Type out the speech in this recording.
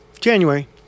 January